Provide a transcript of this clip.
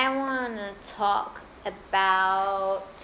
I want to talk about